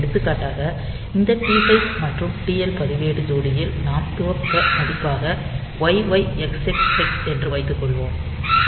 எடுத்துக்காட்டாக இந்த TH மற்றும் TL பதிவேடு ஜோடியில் நாம் துவக்க மதிப்பாக YYXX ஹெக்ஸ் என்று வைத்துக்கொள்வோம்